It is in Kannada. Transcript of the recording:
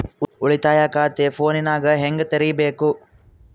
ಉಳಿತಾಯ ಖಾತೆ ಫೋನಿನಾಗ ಹೆಂಗ ತೆರಿಬೇಕು?